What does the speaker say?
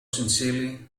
sincerely